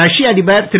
ரஷ்ய அதிபர் திரு